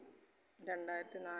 രണ്ടായിരത്തി നാല്